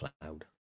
cloud